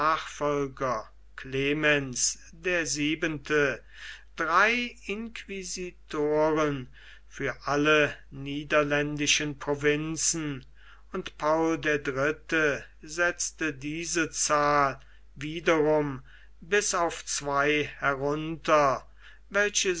clemens der siebente drei inquisitoren für alle niederländischen provinzen und paul der dritte setzte diese zahl wiederum bis auf zwei herunter welche